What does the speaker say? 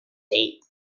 date